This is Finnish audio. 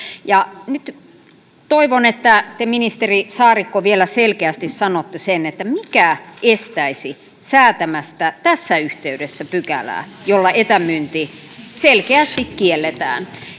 nyt toivon että te ministeri saarikko vielä selkeästi sanotte sen mikä estäisi säätämästä tässä yhteydessä pykälää jolla etämyynti selkeästi kielletään